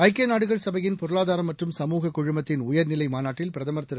ஐக்கியநாடுகள் சபையின் பொருளாதாரம் மற்றும் சமூக குழுமத்தின் உயர்நிலைமாநாட்டில் பிரதமர் திரு